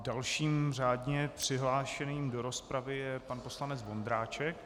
Dalším řádně přihlášeným do rozpravy je pan poslanec Vondráček.